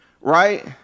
right